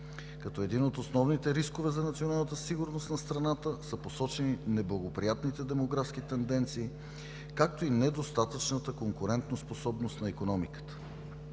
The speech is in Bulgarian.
Като един от основните рискове за националната сигурност на страната са посочени неблагоприятните демографски тенденции, както и недостатъчната конкурентоспособност на икономиката.